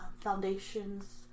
foundations